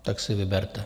Tak si vyberte.